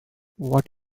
what